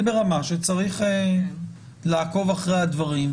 זה ברמה שצריך לעקוב אחרי הדברים,